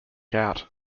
out